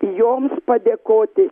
joms padėkoti